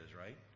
right